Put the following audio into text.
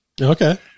Okay